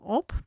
op